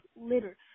litter